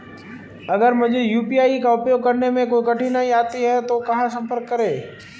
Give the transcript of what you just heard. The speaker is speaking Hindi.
अगर मुझे यू.पी.आई का उपयोग करने में कोई कठिनाई आती है तो कहां संपर्क करें?